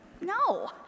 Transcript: No